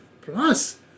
Plus